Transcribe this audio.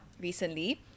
recently